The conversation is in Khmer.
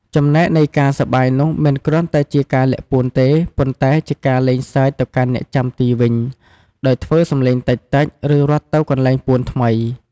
ចំំណែកនៃការសប្បាយនោះមិនគ្រាន់តែជាការលាក់ពួនទេ ប៉ុន្តែជាការលេងសើចទៅកាន់អ្នកចាំទីវិញ ដោយធ្វើសំលេងតិចៗ ឬ រត់ទៅកន្លែងពួនថ្មី។